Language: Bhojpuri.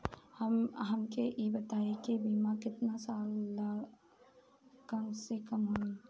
हमके ई बताई कि बीमा केतना साल ला कम से कम होई?